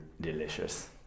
delicious